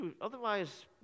otherwise